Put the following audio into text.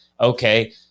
Okay